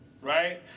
right